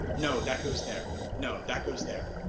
no that goes there. no that goes there.